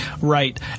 Right